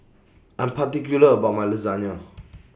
I'm particular about My Lasagna